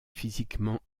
physiquement